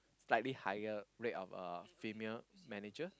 slightly higher rate of uh female manager